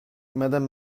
madame